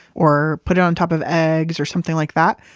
or put it on top of eggs, or something like that.